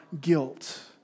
guilt